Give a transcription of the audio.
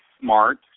smart